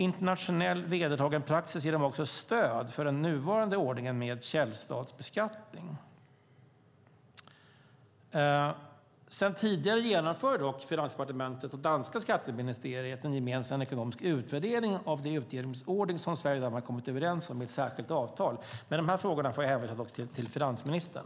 Internationell vedertagen praxis ger dem också stöd för den nuvarande ordningen med källstatsbeskattning. Sedan tidigare genomför dock Finansdepartementet och det danska skatteministeriet en gemensam ekonomisk utvärdering av den utjämningsordning som Sverige och Danmark kommit överens om i ett särskilt avtal. I dessa frågor får jag dock hänvisa till finansministern.